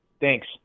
Thanks